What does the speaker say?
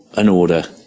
an order.